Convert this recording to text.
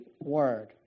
word